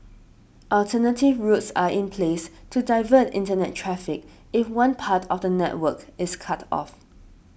alternative routes are in place to divert Internet traffic if one part of the network is cut off